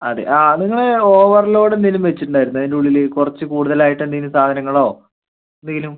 അതെ ആ നിങ്ങൾ ഓവർലോഡ് എന്തെങ്കിലും വച്ചിട്ട് ഉണ്ടായിരുന്നോ അതിൻ്റെ ഉള്ളിൽ കുറച്ച് കൂടുതൽ ആയിട്ട് എന്തെങ്കിലും സാധനങ്ങളോ എന്തെങ്കിലും